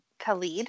Khalid